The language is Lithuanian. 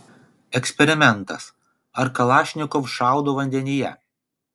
eksperimentas ar kalašnikov šaudo vandenyje